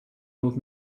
old